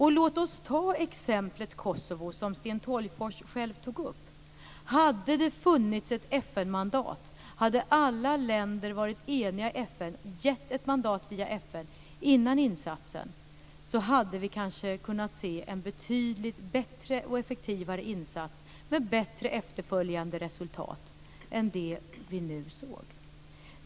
Låt oss ta exemplet Kosovo, som Sten Tolgfors själv tog upp! Hade det funnits ett FN-mandat, hade alla länder varit eniga om att ge ett mandat via FN före insatsen, hade vi kanske kunnat se en betydligt bättre och effektivare insats med bättre efterföljande resultat än det som vi nu såg.